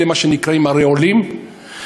אלו נקראות "ערי עולים".